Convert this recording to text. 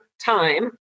time